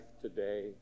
today